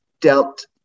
dealt